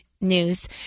news